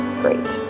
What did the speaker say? great